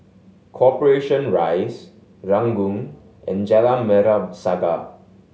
Corporation Rise Ranggung and Jalan Merah Saga